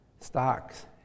stocks